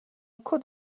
could